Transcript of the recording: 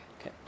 Okay